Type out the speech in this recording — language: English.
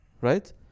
Right